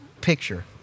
picture